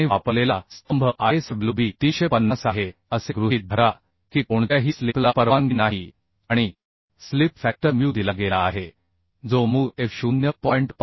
आणि वापरलेला स्तंभ ISWB 350 आहे असे गृहीत धरा की कोणत्याही स्लिपला परवानगी नाही आणि स्लिप फॅक्टर म्यू दिला गेला आहे जो Mu f 0